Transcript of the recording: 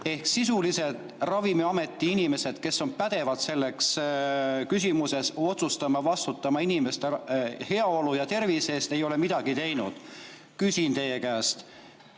Ehk sisuliselt Ravimiameti inimesed, kes on pädevad selles küsimuses otsustama, vastutama inimeste heaolu ja tervise eest, ei ole midagi teinud. Küsin teie käest: